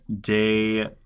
day